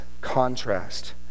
Contrast